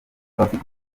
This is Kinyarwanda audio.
abafite